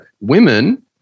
Women